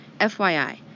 FYI